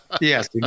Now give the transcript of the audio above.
Yes